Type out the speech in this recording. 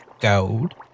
gold